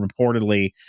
reportedly